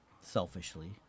selfishly